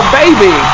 baby